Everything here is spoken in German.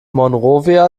monrovia